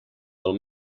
pel